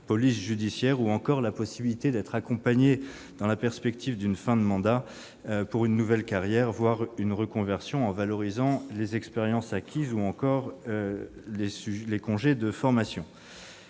police judiciaire, mais aussi la possibilité d'être accompagné dans la perspective d'une fin de mandat pour une nouvelle carrière, voire une reconversion en valorisant les expériences acquises, ou encore les congés de formation.